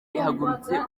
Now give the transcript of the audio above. ihagurutse